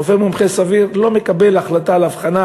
רופא מומחה סביר לא מקבל החלטה על אבחנה